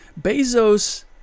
bezos